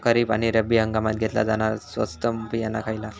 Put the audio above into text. खरीप आणि रब्बी हंगामात घेतला जाणारा स्वस्त बियाणा खयला?